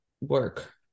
work